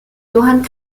johann